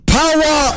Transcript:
power